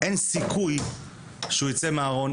אין סיכוי שהוא יצא מהארון,